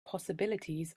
possibilities